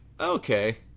okay